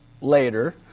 later